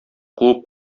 куып